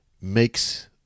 makes